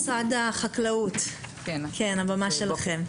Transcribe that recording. משרד החקלאות, הבמה שלכם.